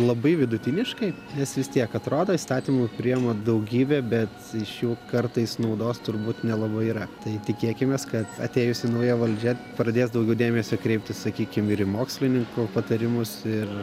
labai vidutiniškai nes vis tiek atrodo įstatymų priima daugybę bet iš jų kartais naudos turbūt nelabai yra tai tikėkimės kad atėjusi nauja valdžia pradės daugiau dėmesio kreipti sakykim ir į mokslininkų patarimus ir